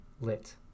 lit